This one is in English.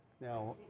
Now